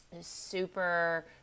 Super